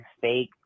fake